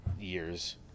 years